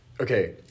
Okay